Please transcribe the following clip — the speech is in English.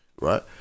Right